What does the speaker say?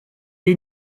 est